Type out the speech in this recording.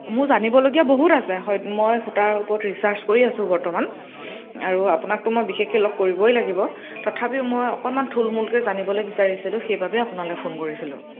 মোৰ জানিললগীয়া বহুত আছে হয় মই সূতাৰ ওপৰত ৰিচাৰ্ছ কৰি আছো বৰ্তমান আৰু আপোনাকতো মই বিশেষকৈ লগ কৰিবই লাগিব তথাপিও মই অকণমান থূলমূলকৈ জানিবলৈ বিচাৰিছিলোঁ সেইবাবে আপোনালৈ ফোন কৰিছিলোঁ